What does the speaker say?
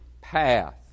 path